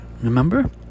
remember